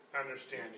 understanding